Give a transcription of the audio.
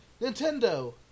Nintendo